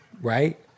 Right